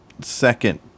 second